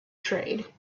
trade